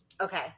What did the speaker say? Okay